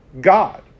God